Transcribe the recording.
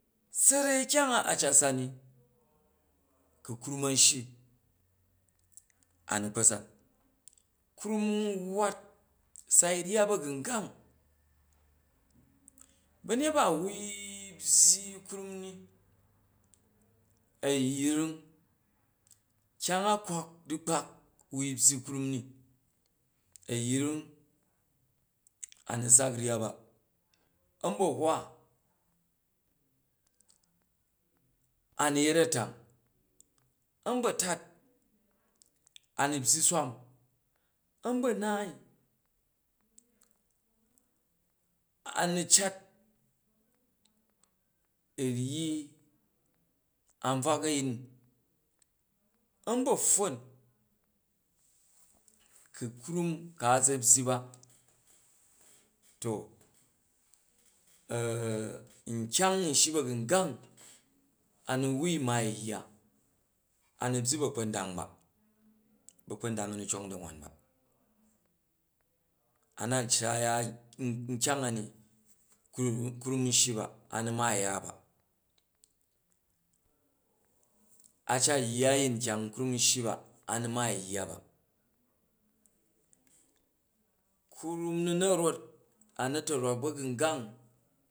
Sarai kyang a a cat sam ni ku krum a̱n shyi a nu kpa̱ san. Krum waat sai ryya ba̱gungang, ba̱nyet ba a̱ wui byyi, krum ni a̱yring kyang a uwak du̱kpak wai byyi wumni a̱yring a nu sak ryya ba, a̱nba̱hwa, a nu yet a̱tang, a̱nbatat a nu̱ byyi swam a̱nba̱naai a nu cat u̱ ryyi a̱mbvak a̱yin, a̱mba̱pffon, ku krum, ku aza byyi to nkyang n shyi ba̱gumgang anu wai maa u yya, a nu byyi ba̱kpa̱ndang ba, ba̱kpa̱ndang a nu cond da wan ba a na cat ya u nkyang a ni, krum n shyi ba a nu maai u̱ ya ba, a cat u̱ yya a̱yin kyang krum n shyi ba a nu drok u̱ yya ba, krum nu n a rot a na̱ta̱rwak ba̱gungang.